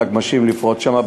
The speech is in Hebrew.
עם נגמ"שים לפרוץ שם.